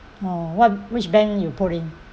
oh what which bank you put in